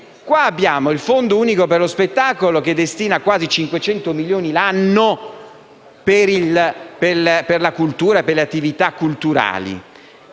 abbiamo il Fondo unico per lo spettacolo (FUS) che destina quasi 500 milioni di euro l'anno per la cultura e le attività culturali